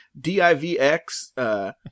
DivX